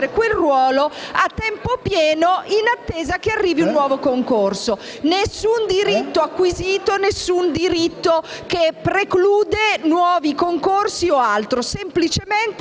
quel ruolo a tempo pieno in attesa che arrivi un nuovo concorso. Non c'è alcun diritto acquisito e alcun diritto che precluda nuovi concorsi o altro. Si tratta semplicemente